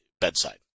bedside